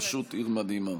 פשוט עיר מדהימה.